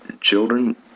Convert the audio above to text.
children